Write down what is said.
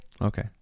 Okay